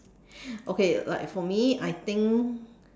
okay like for me I think